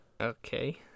Okay